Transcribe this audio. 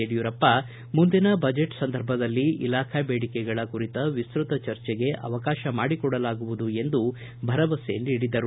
ಯಡಿಯೂರಪ್ಪ ಮುಂದಿನ ಬಜೆಟ್ ಸಂದರ್ಭದಲ್ಲಿ ಇಲಾಖಾ ಬೇಡಿಕೆಗಳ ಕುರಿತ ವಿಸ್ತೃತ ಚರ್ಚೆಗೆ ಅವಕಾಶ ಮಾಡಿಕೊಡಲಾಗುವುದು ಎಂದು ಭರವಸೆ ನೀಡಿದರು